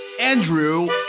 Andrew